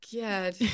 god